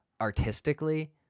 artistically